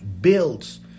builds